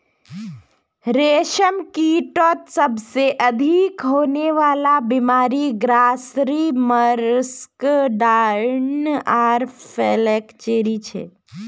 रेशमकीटत सबसे अधिक होने वला बीमारि ग्रासरी मस्कार्डिन आर फ्लैचेरी छे